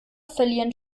verlieren